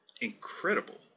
incredible